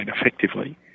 effectively